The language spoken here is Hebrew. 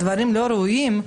דברים לא ראויים,